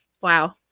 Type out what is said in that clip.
Wow